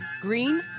Green